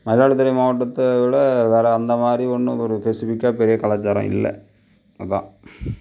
மயிலாடுதுறை மாவட்டத்தை விட வேறு அந்த மாதிரி ஒன்றும் ஒரு ஃபெஸிஃபிக்காக பெரிய கலாச்சாரம் இல்லைஅதுதான்